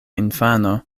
infano